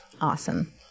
Awesome